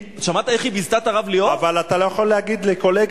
שמעת איך היא ביזתה את הרב ליאור?